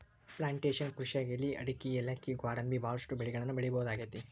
plantation ಕೃಷಿಯಾಗ್ ಎಲಿ ಅಡಕಿ ಯಾಲಕ್ಕಿ ಗ್ವಾಡಂಬಿ ಬಹಳಷ್ಟು ಬೆಳಿಗಳನ್ನ ಬೆಳಿಬಹುದಾಗೇತಿ